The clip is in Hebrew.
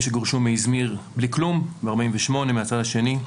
שגורשו מאיזמיר בלי כלום ב-48' מהצד השני.